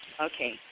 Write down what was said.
Okay